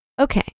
Okay